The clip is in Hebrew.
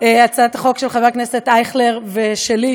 הצעת החוק של חבר הכנסת אייכלר ושלי,